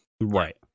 right